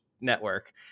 network